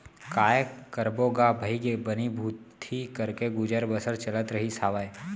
काय करबो गा भइगे बनी भूथी करके गुजर बसर चलत रहिस हावय